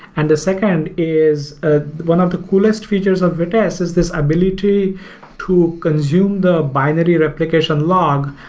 and the second is ah one of the coolest features of vitess, is this ability to consume the binary replication log,